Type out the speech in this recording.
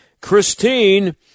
Christine